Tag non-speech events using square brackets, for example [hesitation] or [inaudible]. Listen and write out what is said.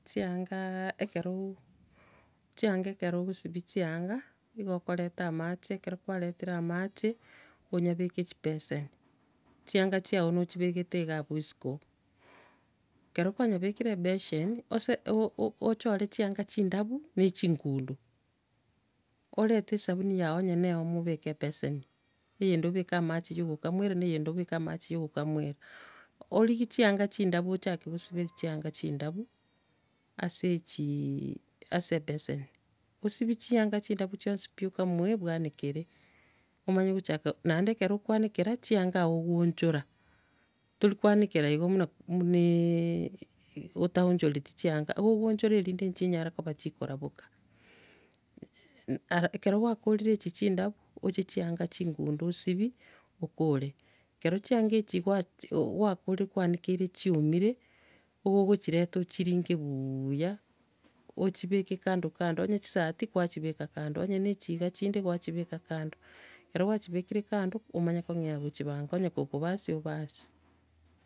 Chiangaaa, ekeroo, chianga ekero ogosibia chianga, nigo okoreta amache, ekero kwaretire amache, onyabeke chibeseni. Chianga chiao nochibegete iga abwo isiko. Ekero kwanyabekire ebeseni, ochore chianga chindabu na chingundo. Orete esabuni yago, nonya ne omo obeke ebeseni, eyende obeke amache ya ogokamuera na eyende obeke amache ya ogokamuera. Origie chianga chindabu ochake kosiberia chianga chindabu, ase chii- ase ebeseni. Osibie chianga chindabu chionsi pi okamue, bwanekere. Omanye gochaka, naende ekero okoanekera chianga nigo okwonchora, toria koanekera igo buna- buna [hesitation] otaonchoreti chianga, nigo okwochora erinde nchinyara okoba chikoraboka. Ala- ekero kwakorire echi chindabu, oche chianga chingundo osibie okore. Ekero chianga echi kwachi- kwakorire kwaanekeirie chiaomire, nigo okochireta ochiringe buuuuya, ochibeke kando kando, onye ne echisati, kwachibeka kando, onya ne echi iga echinde kwachibeka kando, ekero kwachibekire kando, omanye kong'ea gochia bango, onye kokobasi, obasi.